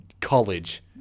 college